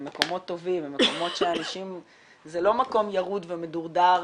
הם מקומות טובים, זה לא מקום ירוד מדורדר,